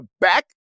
back